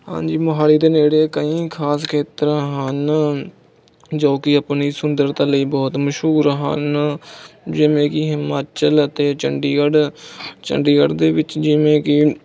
ਹਾਂਜੀ ਮੋਹਾਲੀ ਦੇ ਨੇੜੇ ਕਈ ਖਾਸ ਖੇਤਰ ਹਨ ਜੋ ਕਿ ਆਪਣੀ ਸੁੰਦਰਤਾ ਲਈ ਬਹੁਤ ਮਸ਼ਹੂਰ ਹਨ ਜਿਵੇਂ ਕਿ ਹਿਮਾਚਲ ਅਤੇ ਚੰਡੀਗੜ੍ਹ ਚੰਡੀਗੜ੍ਹ ਦੇ ਵਿੱਚ ਜਿਵੇਂ ਕਿ